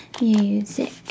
music